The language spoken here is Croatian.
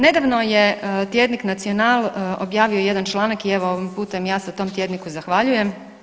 Nedavno je tjednik „Nacional“ objavio jedan članak i evo ovim putem ja se tom tjedniku zahvaljujem.